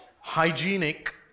hygienic